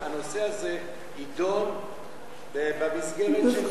הנושא הזה יידון במסגרת של, בבקשה.